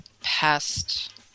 past